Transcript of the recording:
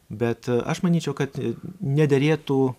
bet aš manyčiau kad nederėtų